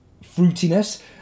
fruitiness